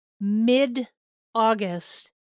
mid-August